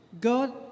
God